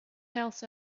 else